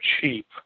cheap